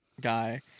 guy